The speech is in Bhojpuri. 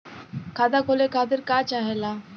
खाता खोले खातीर का चाहे ला?